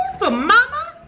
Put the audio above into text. ah mama.